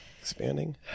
expanding